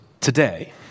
today